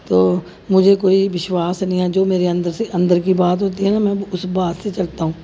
तो मुझे कोई विशवास नेईं ऐ जो मेरे अंदर से अंदर कि बात होती है ना में उस बात से चलता हूं